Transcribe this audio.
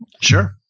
sure